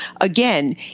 again